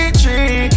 tree